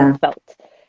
felt